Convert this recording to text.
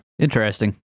Interesting